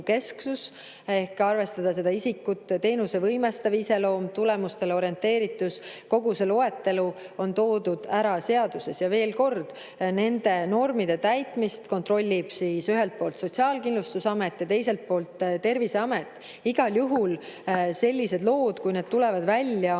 isikukesksus ehk arvestada seda isikut, teenuse võimestav iseloom, tulemustele orienteeritus. Kogu see loetelu on seaduses ära toodud. Ja veel kord: nende normide täitmist kontrollib ühelt poolt Sotsiaalkindlustusamet ja teiselt poolt Terviseamet. Igal juhul sellised lood, kui need tulevad välja,